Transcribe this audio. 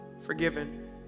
forgiven